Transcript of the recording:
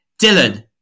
Dylan